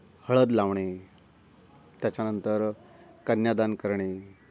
हळद लावणे त्याच्यानंतर कन्यादान करणे